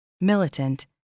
militant